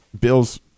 Bill's